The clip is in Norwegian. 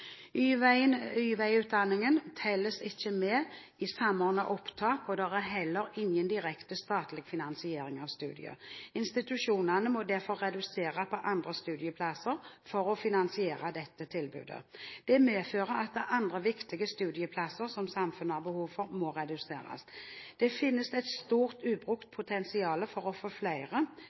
ikke med i Samordna opptak, og det er heller ingen direkte statlig finansiering av studiet. Institusjonene må derfor redusere på andre studieplasser for å finansiere dette tilbudet. Det medfører at andre viktige studieplasser som samfunnet har behov for, må reduseres. Det finnes et stort ubrukt potensial for å få flere til å ta ingeniørutdanningen, men da må finansieringen følge med. Flere